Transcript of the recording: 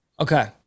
Okay